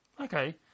Okay